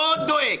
מאוד דואג.